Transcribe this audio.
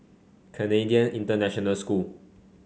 Canadian International School